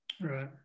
right